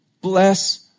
Bless